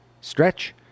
stretch